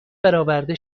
برآورده